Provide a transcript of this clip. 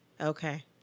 Okay